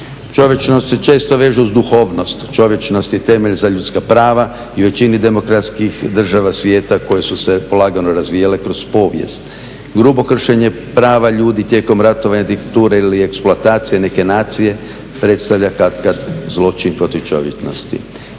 Čovječnost se često veže uz duhovnost, čovječnost je temelj za ljudska prava i u većini demokratskih država svijeta koje su se polagano razvijale kroz povijest, grubo kršenje prava ljudi tijekom ratovanja, diktature ili eksploatacije neke nacije predstavlja kad kad zločin protiv čovječnosti.